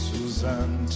Suzanne